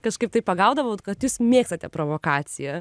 kažkaip tai pagaudavau kad jūs mėgstate provokaciją